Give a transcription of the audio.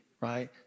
right